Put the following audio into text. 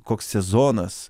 koks sezonas